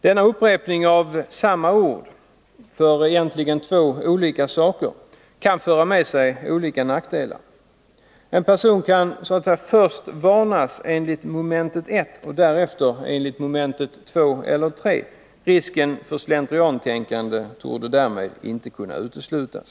Denna upprepning av samma ord för egentligen två skilda saker kan föra med sig olika nackdelar. En person kan först varnas enligt moment 1 och därefter enligt momenten 2 eller 3. Risken för slentriantänkande torde därmed inte kunna uteslutas.